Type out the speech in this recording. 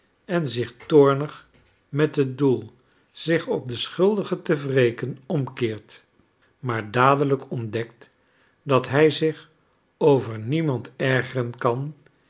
en zich toornig met het doel zich op den schuldige te wreken omkeert maar dadelijk ontdekt dat hij zich over niemand ergeren kan